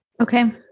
Okay